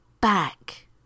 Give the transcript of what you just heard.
back